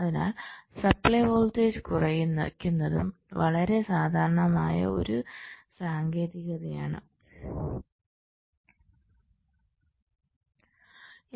അതിനാൽ supply voltage കുറയ്ക്കുന്നതും വളരെ സാധാരണമായ ഒരു സാങ്കേതികതയാണ്